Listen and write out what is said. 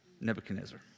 Nebuchadnezzar